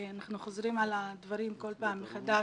ואנחנו חוזרים על הדברים כל פעם מחדש.